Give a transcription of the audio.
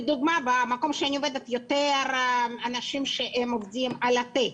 במקום שאני עובדת יש יותר אנשים שעובדים בתקן,